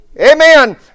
Amen